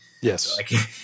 yes